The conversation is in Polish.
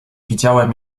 widziałem